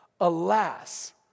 alas